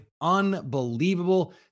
Unbelievable